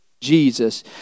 Jesus